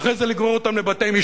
ואחרי זה לגרור אותם לבתי-משפט.